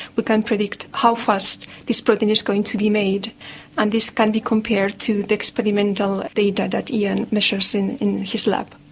we can predict how fast this protein is going to be made and this can be compared to the experimental data that ian measures in in his lab.